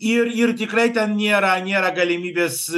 ir ir tikrai ten nėra nėra galimybės